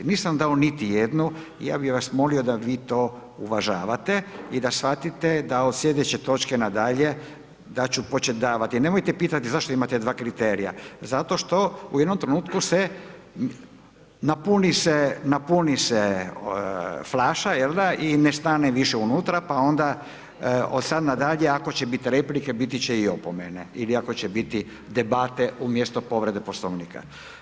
Nisam dao niti jednu i ja bi vas molio da vi to uvažavate i da shvatite da od slijedeće točke nadalje da ću počet davati jer nemojte pitati zašto imate dva kriterija, zato što u jednom trenutku napuni se flaša, jel da, i ne stane više unutra pa onda od sada nadalje ako će bit replike, biti će i opomene ili ako će biti debate umjesto povrede Poslovnika.